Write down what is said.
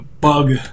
bug